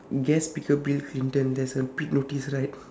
guest speaker bill clinton there's a big notice right